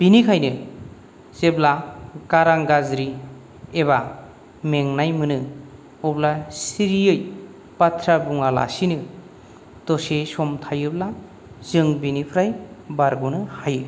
बिनिखायनो जेब्ला गारां गाज्रि एबा मेंनाय मोनो अब्ला सिरियै बाथ्रा बुङालासिनो दसे सम थायोब्ला जों बिनिफ्राय बारग'नो हायो